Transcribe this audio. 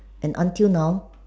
and until now